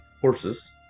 horses